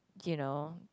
you know